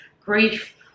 grief